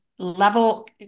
level